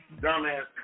dumbass